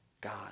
God